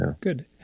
Good